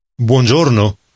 Buongiorno